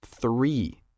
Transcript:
three